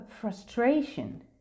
frustration